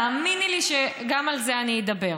תאמיני לי שגם על זה אני אדבר.